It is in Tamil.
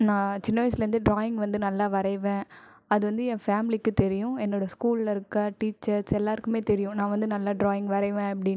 நான் சின்ன வயசுலேருந்தே ட்ராயிங் வந்து நல்லா வரைவே அது வந்து என் ஃபேமிலிக்கு தெரியும் என்னோட ஸ்கூலில் இருக்க டீச்சர்ஸ் எல்லாருக்குமே தெரியும் நான் வந்து நல்லா ட்ராயிங் வரைவே அப்படின்ட்டு